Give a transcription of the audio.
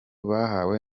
bahawe